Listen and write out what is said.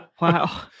Wow